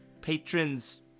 Patrons